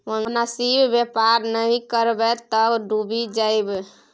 मोनासिब बेपार नहि करब तँ डुबि जाएब